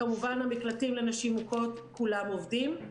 כמובן המקלטים לנשים מוכות כולם עובדים.